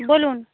বলুন